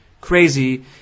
crazy